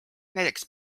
näiteks